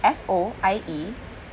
F_O_I_E